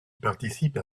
participe